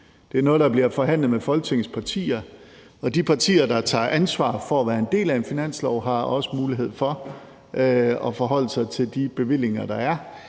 Det er noget, der bliver forhandlet med Folketingets partier, og de partier, der tager ansvar for at være en del af en finanslov, har også mulighed for at forholde sig til de bevillinger, der er,